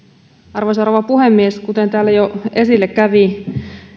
arvoisa rouva puhemies kuten täällä jo esille kävi